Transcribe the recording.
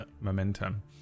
momentum